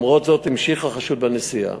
למרות זאת המשיך החשוד בנסיעה.